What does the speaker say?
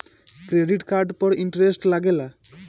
Credit card पर interest लागेला?